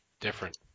different